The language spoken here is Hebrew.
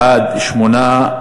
בעד 8,